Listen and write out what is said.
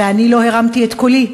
ואני לא הרמתי את קולי,